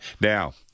Now